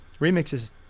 remixes